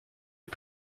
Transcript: est